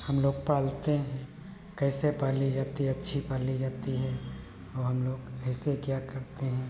हम लोग पालते हैं कैसे पाली जाती अच्छी पाली जाती है और हम लोग कैसे क्या करते हैं